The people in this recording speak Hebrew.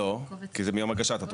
לא, כי זה מיום הגשת התוכנית.